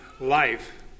life